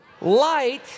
light